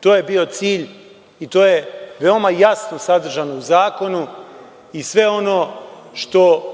To je bio cilj i to je veoma jasno sadržano u zakonu i sve ono što